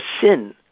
sin